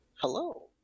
Hello